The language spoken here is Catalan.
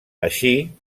així